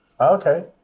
Okay